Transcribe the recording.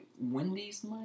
Wendy's